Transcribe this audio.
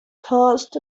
caused